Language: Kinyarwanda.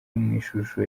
ishusho